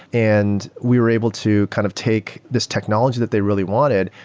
and we were able to kind of take this technology that they really wanted.